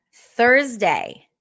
Thursday